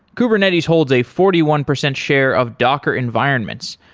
kubernetes holds a forty one percent share of docker environments,